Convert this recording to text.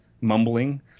mumbling